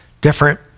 different